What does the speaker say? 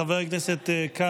חבר הכנסת קלנר,